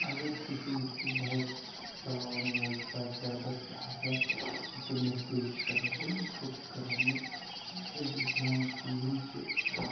اگر أسۍ وٕچھو یُس یہِ بایِک چَلاوَن وول چھُ بایِک رایڈَر چھِ آسان یہِ کَم مِسٹیک چھِ کَران سٲلمو کھۄتہٕ چھِ کران یہِ أزِکۍ لونٛڈٕ چھِ یِم چھِ